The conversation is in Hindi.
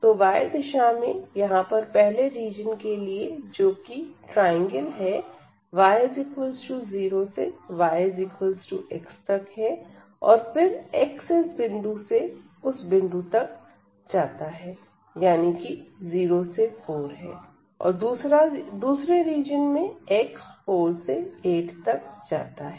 तो y दिशा में यहां पर पहले रीजन के लिए जो की ट्रायंगल है y0 से yx तक है और फिर x इस बिंदु से इस बिंदु तक जाता है यानी कि 0 से 4 और दूसरा रीजन में x 4 से 8 तक जाता है